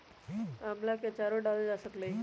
आम्ला के आचारो डालल जा सकलई ह